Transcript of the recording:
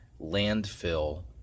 Landfill